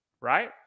right